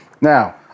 Now